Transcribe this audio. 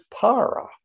para